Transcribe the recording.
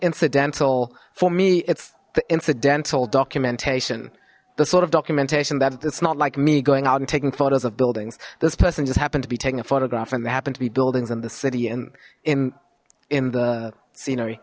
incidental for me it's the incidental documentation the sort of documentation that it's not like me going out and taking photos of buildings this person just happened to be taking a photograph and they happen to be buildings in the city and in in the scenery